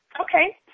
Okay